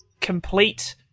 complete